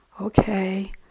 okay